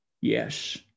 Yes